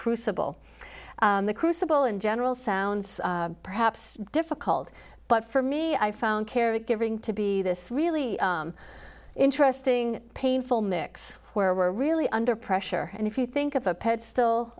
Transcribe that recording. crucible the crucible in general sounds perhaps difficult but for me i found caregiving to be this really interesting painful mix where were really under pressure and if you think of a pet still